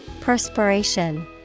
Perspiration